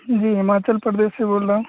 जी हिमाचल प्रदेश से बोल रहा हूँ